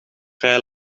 vrij